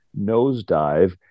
nosedive